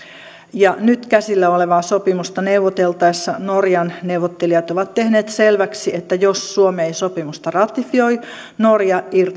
ja nyt käsillä olevaa sopimusta neuvoteltaessa norjan neuvottelijat ovat tehneet selväksi että jos suomi ei sopimusta ratifioi norja